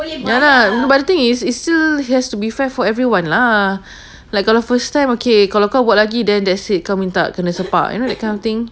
ya lah but the thing is it still has to be fair for everyone lah like got the first time okay kalau kau buat lagi then that's it kau minta kena sepak you know that kind of thing